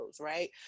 right